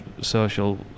social